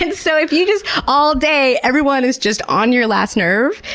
like so if you're just all day everyone is just on your last nerve?